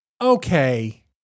Okay